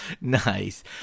Nice